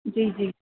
जी जी